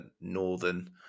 Northern